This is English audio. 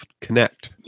connect